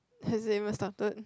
has it even started